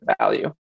value